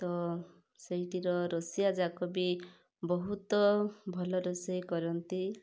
ତ ସେଇଠିର ରୋଷେୟା ଯାକ ବି ବହୁତ ଭଲ ରୋଷେଇ କରନ୍ତି